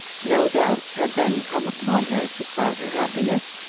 no doubt had then come upon her to cloud her happiness,